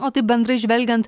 o tai bendrai žvelgiant